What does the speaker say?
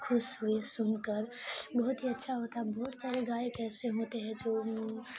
خوش ہوئے سن کر بہت ہی اچھا ہوتا ہے بہت سارے گائک ایسے ہوتے ہیں جو